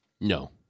No